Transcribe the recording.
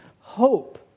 hope